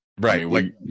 Right